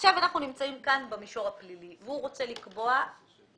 עכשיו אנחנו נמצאים כאן במישור הפלילי והוא רוצה לקבוע עבירה